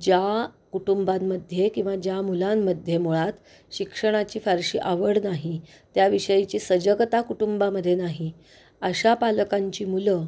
ज्या कुटुंबांमध्ये किंवा ज्या मुलांमध्ये मुळात शिक्षणाची फारशी आवड नाही त्या विषयीची सजगता कुटुंबामध्ये नाही अशा पालकांची मुलं